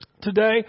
today